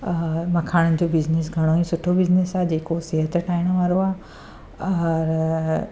मखाणनि जो बिज़नेस घणो ई सुठो बिज़नेस आहे जेको सिहत ठाहिणु वारो आहे और